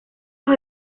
los